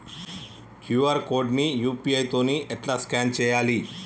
QR code ని UPI తోని ఎట్లా స్కాన్ చేయాలి?